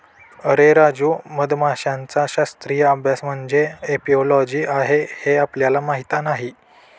अरे राजू, मधमाशांचा शास्त्रीय अभ्यास म्हणजे एपिओलॉजी आहे हे आपल्याला माहीत नाही